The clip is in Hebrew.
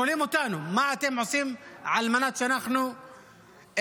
שואלים אותנו: מה אתם עושים על מנת שאנחנו נצליח